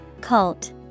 Cult